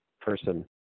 person